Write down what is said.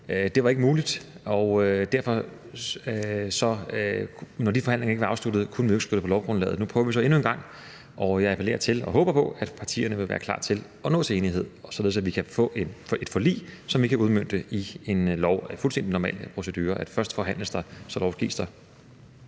Det var ikke muligt, og derfor, når de forhandlinger ikke var afsluttet, kunne vi jo ikke skrive det i lovkataloget. Nu prøver vi så endnu en gang, hvor jeg appellerer til og håber på, at partierne vil være klar til at nå til enighed, således at vi kan få et forlig, som vi kan udmønte i en lov. Og det er fuldstændig normal procedure, at først forhandles der, og så lovgives der.